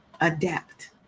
adapt